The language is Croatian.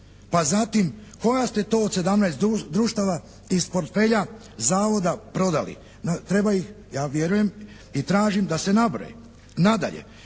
Pa zatim koja ste to od 17 društava iz portfelja Zavoda prodali? Treba ih, ja vjerujem i tražim da se nabroji. Nadalje,